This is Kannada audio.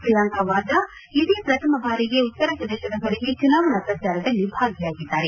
ಪ್ರಿಯಾಂಕಾ ವಾದ್ರಾ ಇದೇ ಪ್ರಥಮ ಬಾರಿಗೆ ಉತ್ತರ ಪ್ರದೇಶದ ಹೊರಗೆ ಚುನಾವಣಾ ಪ್ರಚಾರದಲ್ಲಿ ಭಾಗಿಯಾಗಿದ್ದಾರೆ